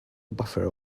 buffer